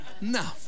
No